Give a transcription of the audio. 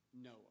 Noah